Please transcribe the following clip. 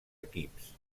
equips